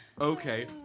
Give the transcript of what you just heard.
Okay